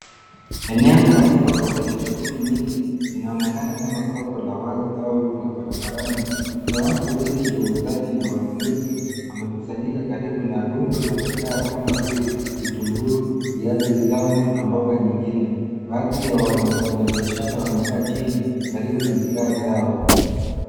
Eneo la soko lenye shughuli nyingi linaonekana kama soko la wazi au la barabarani. Kuna watu wengi wauzaji na wanunuzi wamekusanyika karibu na rundo la bidhaa kama vile vitunguu ,viazi vitamu na mboga nyingine. Baadhi ya wanafanya biashara wameketi chini karibu na bidhaa zao.